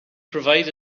provide